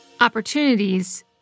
Opportunities